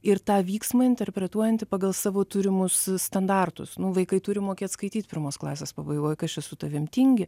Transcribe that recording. ir tą vyksmą interpretuojanti pagal savo turimus standartus nu vaikai turi mokėt skaityt pirmos klasės pabaigoj kas čia su tavim tingi